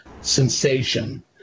sensation